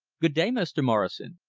good-day, mr. morrison,